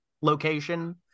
location